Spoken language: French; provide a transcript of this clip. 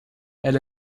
elle